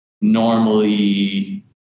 normally